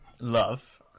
love